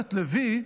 שבט לוי,